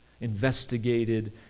investigated